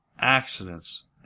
accidents